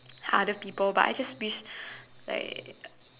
other people I just wish like